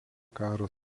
karo